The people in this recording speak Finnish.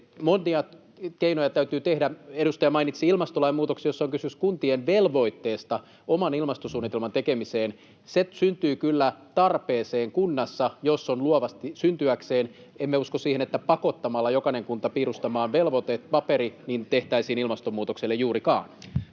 Monia keinoja täytyy tehdä. Edustaja mainitsi ilmastolain muutoksen, jossa on kysymys kuntien velvoitteesta oman ilmastosuunnitelman tekemiseen. Se syntyy kyllä kunnassa tarpeeseen, jos on syntyäkseen. Emme usko siihen, että pakottamalla jokainen kunta piirustamaan velvoitepaperi tehtäisiin ilmastonmuutokselle juurikaan.